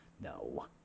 no